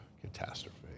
catastrophe